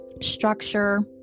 structure